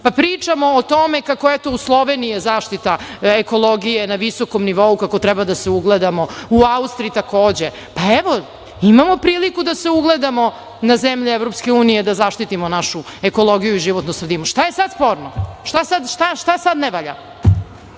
pa pričamo o tome kako je u Sloveniji zaštita ekologije na visokom nivou, kako treba da se ugledamo, u Austriji takođe, pa evo imamo priliku da se ugledamo na zemlje EU da zaštitimo našu ekologiju i životnu sredinu. Šta je sad sporno? Šta sad ne valja?